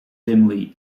dimly